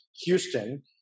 houston